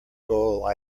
goal